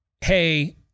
hey